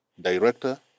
director